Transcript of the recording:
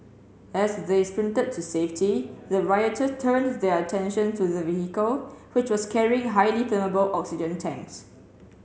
as they sprinted to safety the rioters turned their attention to the vehicle which was carrying highly flammable oxygen tanks